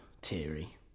teary